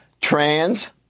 trans